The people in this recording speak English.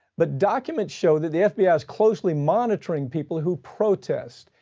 but documents show that the fbi ah is closely monitoring people who protest,